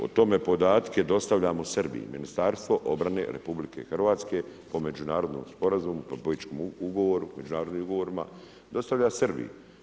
O tome podatke dostavljamo Srbiji, Ministarstvo obrane RH po međunarodnom sporazumu, po … ugovoru međunarodnim ugovorima dostavlja Srbiji.